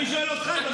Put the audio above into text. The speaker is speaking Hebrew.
אני שואל אותך.